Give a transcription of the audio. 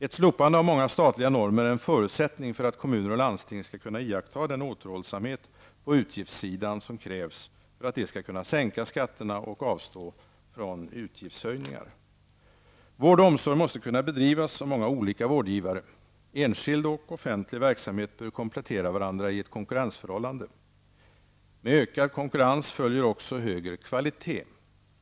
Ett slopande av många statliga normer är en förutsättning för att kommuner och landsting skall kunna iaktta den återhållsamhet på utgiftssidan som krävs för att de skall kunna sänka skatterna och avstå från avgiftshöjningar. Vård och omsorg måste kunna bedrivas av många olika vårdgivare. Enskild och offentlig verksamhet bör komplettera varandra i ett konkurrensförhållande. Med ökad konkurrens följer också högre kvalitet.